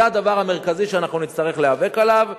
זה הדבר המרכזי שאנחנו נצטרך להיאבק עליו.